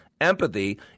Empathy